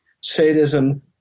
sadism